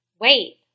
wait